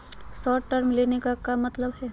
Short term loan के का मतलब हई?